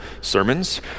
sermons—